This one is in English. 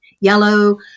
yellow